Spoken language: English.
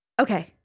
okay